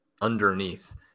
underneath